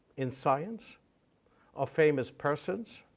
in science or famous persons,